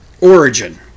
Origin